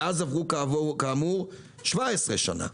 מאז עברו כאמור 17 שנה.